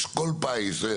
אשכול פיס.